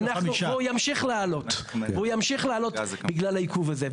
והוא ימשיך לעלות בגלל העיכוב הזה.